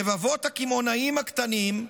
רבבות הקמעונאים הקטנים,